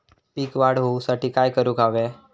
पीक वाढ होऊसाठी काय करूक हव्या?